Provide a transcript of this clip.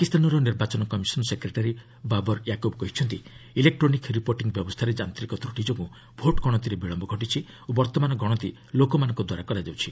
ପାକିସ୍ତାନର ନିର୍ବାଚନ commission secretary Babar Yaqub କହିଛନ୍ତି ଇଲେକ୍ଟ୍ରୋନିକ୍ ରିପୋର୍ଟିଂ ବ୍ୟବସ୍ଥାରେ ଯାନ୍ତିକ ତ୍ରଟି ଯୋଗୁଁ ଭୋଟ୍ ଗଣତିରେ ବିଳମ୍ୟ ଘଟିଛି ଓ ବର୍ତ୍ତମାନ ଗଣତି ଲୋକମାନଙ୍କଦ୍ୱାରା କରାଯାଉଛି